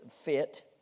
fit